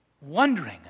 wondering